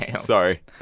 sorry